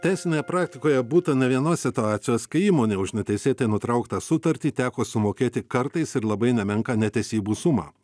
teisinėje praktikoje būta ne vienos situacijos kai įmonė už neteisėtai nutrauktą sutartį teko sumokėti kartais ir labai nemenką netesybų sumą